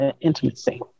intimacy